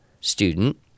student